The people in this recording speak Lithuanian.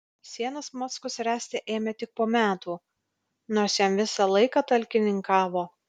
sienas mackus ręsti ėmė tik po metų nors jam visą laiką talkininkavo